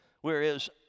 Whereas